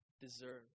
deserve